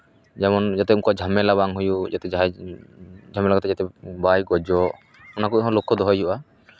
ᱡᱮᱢᱚᱱ ᱡᱟᱛᱮ ᱩᱱᱠᱩᱣᱟᱜ ᱡᱷᱟᱢᱮᱞᱟ ᱵᱟᱝ ᱦᱩᱭᱩᱜ ᱡᱟᱛᱮ ᱡᱟᱦᱟᱸᱭ ᱡᱷᱚᱜᱽᱲᱟ ᱛᱮ ᱡᱟᱛᱮ ᱵᱟᱭ ᱜᱚᱡᱚᱜ ᱚᱱᱟ ᱦᱚᱸ ᱞᱚᱠᱠᱷᱚ ᱫᱚᱦᱚᱭ ᱦᱩᱭᱩᱜᱼᱟ